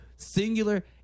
Singular